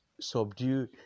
subdue